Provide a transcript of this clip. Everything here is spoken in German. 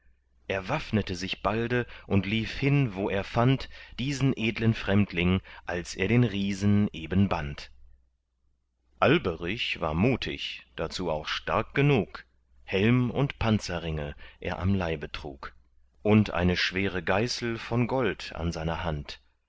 er waffnete sich balde und lief hin wo er fand diesen edlen fremdling als er den riesen eben band alberich war mutig dazu auch stark genug helm und panzerringe er am leibe trug und eine schwere geißel von gold an seiner hand